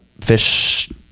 fish